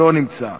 לא נמצא,